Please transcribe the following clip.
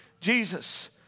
Jesus